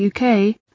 UK